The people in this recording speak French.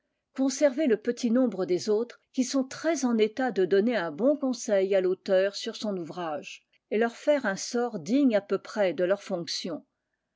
conserver le petit nombre des autres qui sont très en état de donner un bon conseil à l'auteur sur son ouvrage et leur faire un sort digne à peu près de leurs fonctions